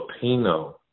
Filipino